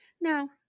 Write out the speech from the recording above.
no